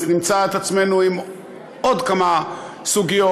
אז נמצא את עצמנו עם עוד כמה סוגיות,